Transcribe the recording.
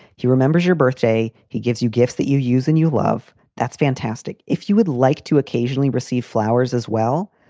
he remembers your birthday. he gives you gifts that you use and you love. that's fantastic. if you would like to occasionally receive flowers as well,